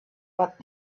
what